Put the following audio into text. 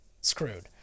screwed